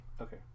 Okay